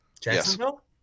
Jacksonville